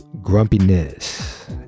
Grumpiness